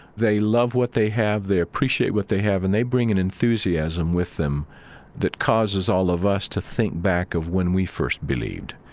they love what they have. they appreciate what they have. and they bring an enthusiasm with them that causes all of us to think back of when we first believed,